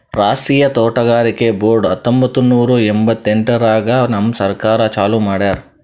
ರಾಷ್ಟ್ರೀಯ ತೋಟಗಾರಿಕೆ ಬೋರ್ಡ್ ಹತ್ತೊಂಬತ್ತು ನೂರಾ ಎಂಭತ್ತೆಂಟರಾಗ್ ನಮ್ ಸರ್ಕಾರ ಚಾಲೂ ಮಾಡ್ಯಾರ್